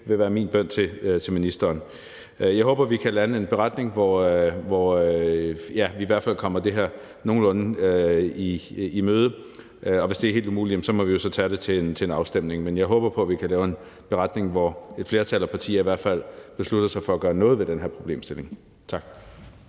vil være min bøn til ministeren. Jeg håber, at vi kan lande en beretning, hvor vi i hvert fald kommer det her nogenlunde i møde, og hvis det er helt umuligt, må vi jo så tage det til en afstemning. Men jeg håber på, at vi kan lave en beretning, hvor et flertal af partier i hvert fald beslutter sig for at gøre noget ved den her problemstilling. Tak.